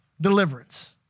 Deliverance